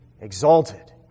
exalted